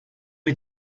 wie